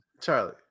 Charlie